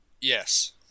Yes